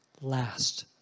last